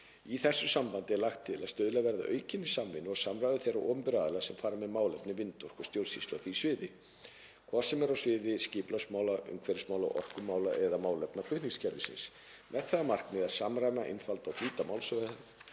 Í þessu sambandi er lagt til að stuðlað verði að aukinni samvinnu og samráði þeirra opinberu aðila sem fara með málefni vindorku og stjórnsýslu á því sviði, hvort sem er á sviði skipulagsmála, umhverfismála, orkumála eða málefna flutningskerfisins, með það að markmiði að samræma, einfalda og flýta málsmeðferð